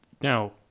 Now